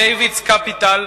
David's Capital,